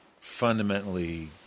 fundamentally